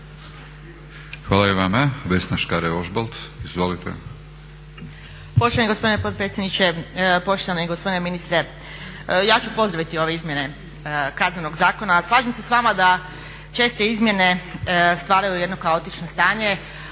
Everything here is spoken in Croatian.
Hvala i vama. Vesna Škare-Ožbolt, izvolite.